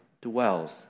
dwells